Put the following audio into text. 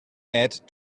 add